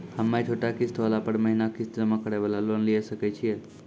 हम्मय छोटा किस्त वाला पर महीना किस्त जमा करे वाला लोन लिये सकय छियै?